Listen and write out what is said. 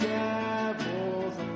devil's